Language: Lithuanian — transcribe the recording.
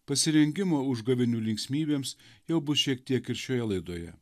pasirengimo užgavėnių linksmybėms jau bus šiek tiek ir šioje laidoje